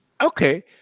Okay